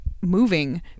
moving